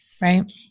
Right